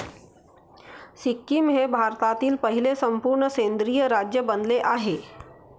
सिक्कीम हे भारतातील पहिले संपूर्ण सेंद्रिय राज्य बनले आहे